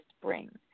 spring